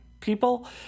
People